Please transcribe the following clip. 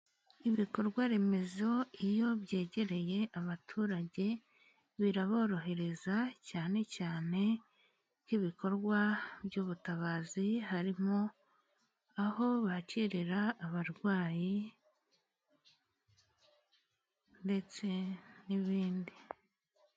Ibikorwa remezo, iyo byegereye abaturage biraborohereza cyane cyane nk'ibikorwa by'ubutabazi, harimo aho bakirira abarwayi ndetse n'ibindi.